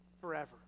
forever